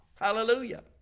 Hallelujah